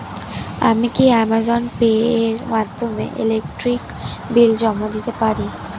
আমি কি Amazon Pay এর মাধ্যমে ইলেকট্রিক বিল জমা দিতে পারি?